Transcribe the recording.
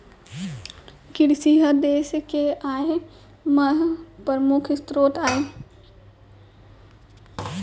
किरसी ह देस के आय म परमुख सरोत आय